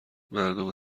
مردم